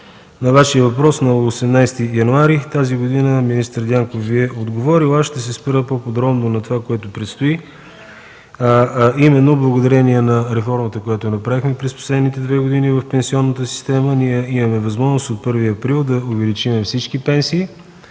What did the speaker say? Ви е отговорил на 18 януари тази година. Ще се спра по-подробно на това, което предстои. Благодарение на реформата, която направихме през последните две години в пенсионната система, ние имаме възможност от 1 април да увеличим всички пенсии,